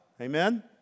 Amen